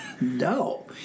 No